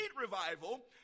revival